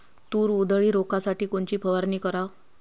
तूर उधळी रोखासाठी कोनची फवारनी कराव?